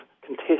contest